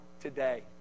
today